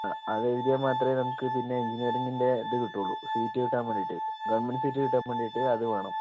ആ അതെഴുതിയാൽ മാത്രമേ നമുക്ക് പിന്നെ എൻജിനീയറിങ്ങിൻ്റെയിതു കിട്ടുള്ളൂ സീറ്റ് കിട്ടാൻ വേണ്ടീട്ടെ ഗവണ്മെൻറ്റ് സീറ്റ് കിട്ടാൻ വേണ്ടീട്ട് അതുവേണം